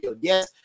Yes